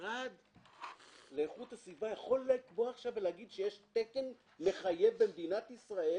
המשרד להגנת הסביבה יכול לקבוע עכשיו ולהגיד שיש תקן מחייב במדינת ישראל